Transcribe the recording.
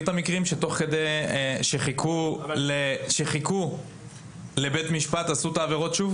את המקרים שחיכו לבית משפט ועשו שוב את העבירות?